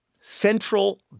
Central